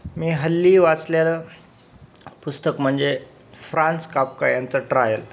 मी हल्ली वाचलेलं पुस्तक म्हणजे फ्रान्स कापका यांचं ट्रायल